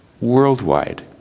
worldwide